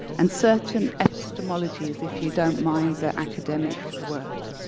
and certain episymptomatologies if you don't mind the academic work.